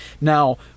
Now